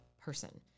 person